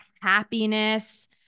happiness